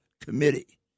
committee